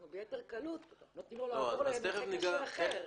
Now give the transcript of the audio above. אנחנו ביתר קלות נותנים לו לעבור לנכה קשה אחר.